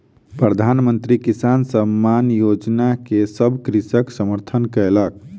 प्रधान मंत्री किसान योजना के सभ कृषक समर्थन कयलक